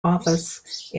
office